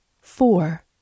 four